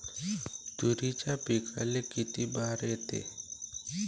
तुरीच्या पिकाले किती बार येते?